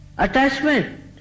attachment